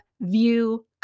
view